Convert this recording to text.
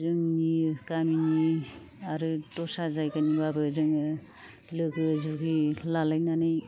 जोंनि गामिनि आरो दस्रा जायगानिबाबो जोङो लोगो जुगि लालायनानै